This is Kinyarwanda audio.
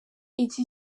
iki